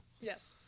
Yes